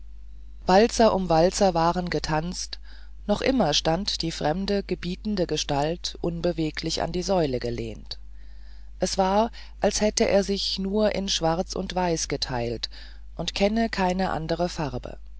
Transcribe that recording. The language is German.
walzer um walzer waren getanzt noch immer stand die fremde gebietende gestalt unbeweglich an die säule gelehnt es war als hätte er sich nur in schwarz und weiß geteilt und kenne keine andere farbe